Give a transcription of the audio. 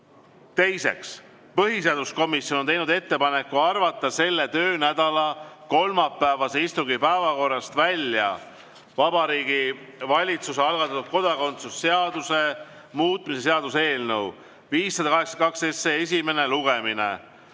Teiseks, põhiseaduskomisjon on teinud ettepaneku arvata selle töönädala kolmapäevase istungi päevakorrast välja Vabariigi Valitsuse algatatud kodakondsuse seaduse muutmise seaduse eelnõu 582 esimene lugemine.